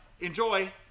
Enjoy